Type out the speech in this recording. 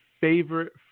favorite